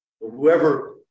Whoever